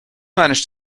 managed